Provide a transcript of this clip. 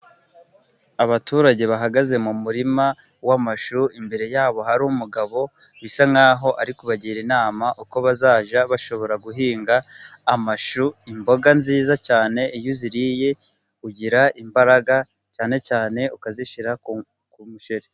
Abaturage bahagaze mu murima w'amashu, imbere yabo hari umugabo bisa nk'aho ari kubagira inama, uko bazajya bashobora guhinga amashu imboga nziza cyane iyo uziriye ugira imbaraga, cyane cyane ukazishyira ku muceri.